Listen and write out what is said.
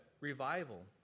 revival